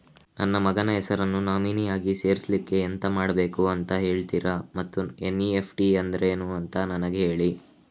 ನನ್ನ ಮಗನ ಹೆಸರನ್ನು ನಾಮಿನಿ ಆಗಿ ಸೇರಿಸ್ಲಿಕ್ಕೆ ಎಂತ ಮಾಡಬೇಕು ಅಂತ ಹೇಳ್ತೀರಾ ಮತ್ತು ಎನ್.ಇ.ಎಫ್.ಟಿ ಅಂದ್ರೇನು ಅಂತ ನನಗೆ ಹೇಳಿ